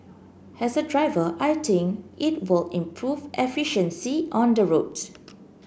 as a driver I think it will improve efficiency on the road